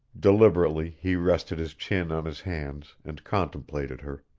deliberately he rested his chin on his hands and contemplated her.